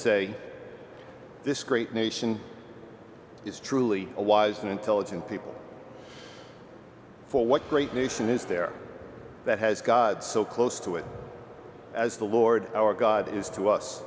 say this great nation is truly a wise and intelligent people for what great nation is there that has god so close to it as the lord our god is to us